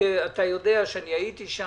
אתה יודע שהייתי שם.